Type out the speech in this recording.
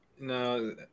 No